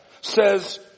says